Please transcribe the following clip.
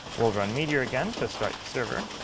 we'll run meteor again to start the server.